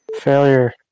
Failure